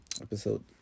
Episode